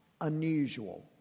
unusual